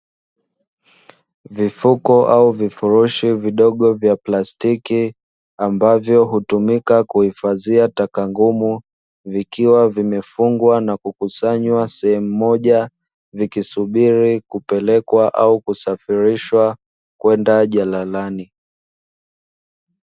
Vifuko au vifurushi vidogo vya plastiki, ambavyo hutumika kuhifadhia taka ngumu, vikiwa vimefungwa na kukusanywa sehemu moja, vikisubiri kupelekwa au kusafirishwa kwenda jalalani.